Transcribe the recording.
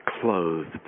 clothed